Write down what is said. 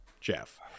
Jeff